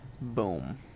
Boom